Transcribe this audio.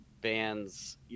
bands